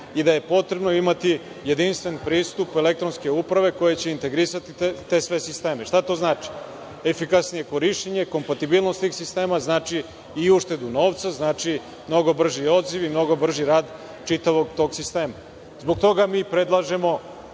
i da je potrebno imati jedinstven pristup elektronske uprave koja će integrisati sve te sisteme. Šta to znači? Efikasnije korišćenje, kompatibilnost svih sistema, znači i uštedu novca, znači mnogo brži odziv i mnogo brži rad čitavog tog sistema. Zbog toga mi predlažemo